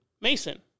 Mason